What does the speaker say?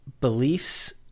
beliefs